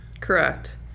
correct